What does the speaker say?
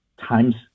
times